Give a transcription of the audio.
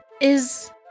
is-